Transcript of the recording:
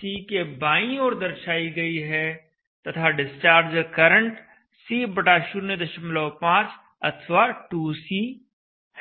C के बांई ओर दर्शाई गई है तथा डिस्चार्ज करंट C05 अथवा 2C है